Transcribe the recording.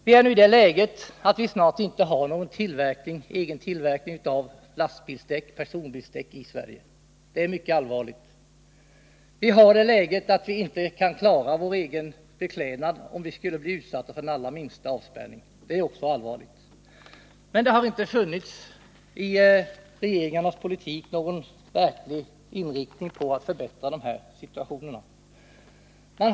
Vi är nu i det läget att vi snart inte har någon egen tillverkning av lastbilsdäck och personbilsdäck i Sverige. Det är mycket allvarligt. Vi har det läget att vi inte kan klara vår egen beklädnad om vi skulle bli utsatta för den allra minsta avspärrning. Det är också allvarligt. Men det har inte i regeringarnas politik funnits någon verklig inriktning mot att förbättra denna situation.